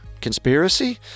Conspiracy